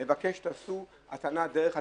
מבקש שתעשו הטענה דרך הטלפון.